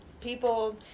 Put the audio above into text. people